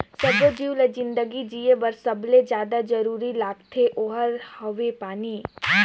सब्बो जीव ल जिनगी जिए बर सबले जादा जरूरी लागथे ओहार हवे पानी